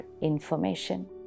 information